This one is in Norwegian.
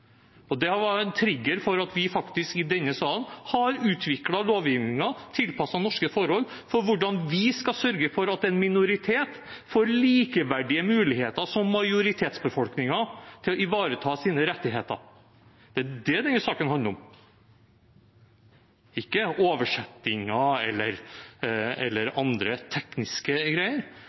Det var en trigger for at vi faktisk i denne sal har utviklet lovgivningen, tilpasset norske forhold, for hvordan vi skal sørge for at en minoritet får likeverdige muligheter som majoritetsbefolkningen til å ivareta sine rettigheter. Det er det denne saken handler om, ikke oversettinger eller andre tekniske greier.